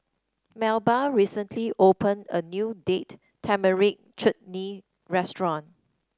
Melba recently opened a new Date Tamarind Chutney Restaurant